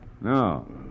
No